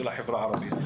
של החברה הערבית.